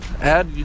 add